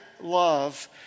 love